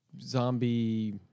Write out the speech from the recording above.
zombie